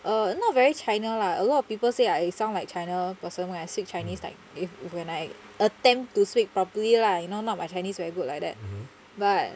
uh not very china lah a lot of people say I sound like china person when I speak chinese like if when I attempt to speak properly lah you know not my chinese very good like that but